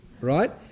Right